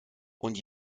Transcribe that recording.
und